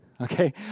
Okay